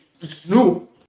Snoop